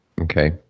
Okay